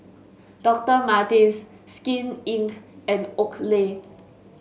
Doctor Martens Skin Inc and Oakley